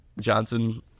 Johnson